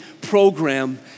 program